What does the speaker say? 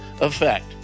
effect